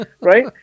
Right